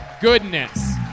goodness